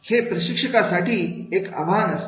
हे प्रशिक्षककासाठी एक आवाहन असते